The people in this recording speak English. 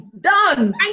done